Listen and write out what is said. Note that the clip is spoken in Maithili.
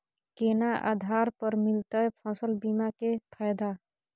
केना आधार पर मिलतै फसल बीमा के फैदा?